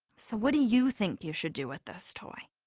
so what do you think you should do with this toy?